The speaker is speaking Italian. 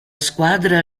squadra